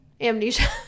Amnesia